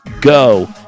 go